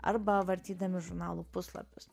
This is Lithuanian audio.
arba vartydami žurnalų puslapius